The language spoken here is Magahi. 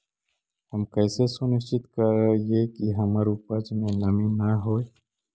हम कैसे सुनिश्चित करिअई कि हमर उपज में नमी न होय?